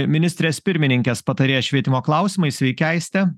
ministrės pirmininkės patarėja švietimo klausimais sveiki aiste